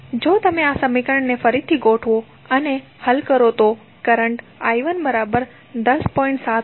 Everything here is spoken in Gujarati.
જો તમે આ સમીકરણને ફરીથી ગોઠવો અને હલ કરો તો કરંટ I1 10